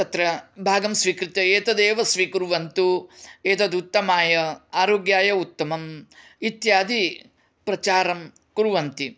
तत्र भागं स्वीकृत्य एतदेव स्वीकुर्वन्तु एतदुत्तमाय आरोग्याय उत्तमम् इत्यादि प्रचारं कुर्वन्ति